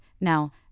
now